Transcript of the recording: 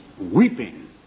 weeping